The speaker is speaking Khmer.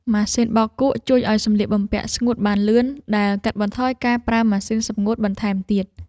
ម៉ាស៊ីនបោកគក់ជួយឱ្យសម្លៀកបំពាក់ស្ងួតបានលឿនដែលកាត់បន្ថយការប្រើម៉ាស៊ីនសម្ងួតបន្ថែមទៀត។